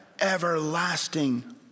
everlasting